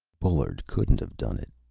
bullard couldn't have done it,